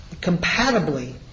compatibly